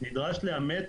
נדרש לאמת רכב-רכב.